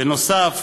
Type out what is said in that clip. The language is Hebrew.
בנוסף,